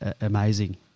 amazing